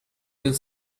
the